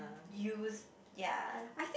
use ya